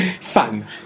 Fun